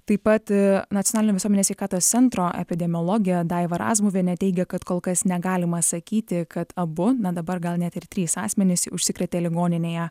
taip pat nacionalinio visuomenės sveikatos centro epidemiologė daiva razmuvienė teigia kad kol kas negalima sakyti kad abu na dabar gal net ir trys asmenys užsikrėtė ligoninėje